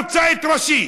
רוצה את ראשי,